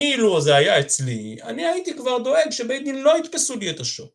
כאילו זה היה אצלי, אני הייתי כבר דואג שבית דין לא יתפסו לי את השור